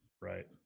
right